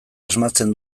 asmatzen